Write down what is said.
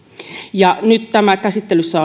nyt myös nämä käsittelyssä